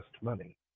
money